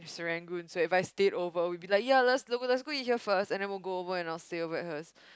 Serangoon so If I stayed over we'd be like ya let's go let's go eat here first and then we'll go over and I'll stay over at hers